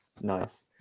nice